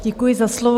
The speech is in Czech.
Děkuji za slovo.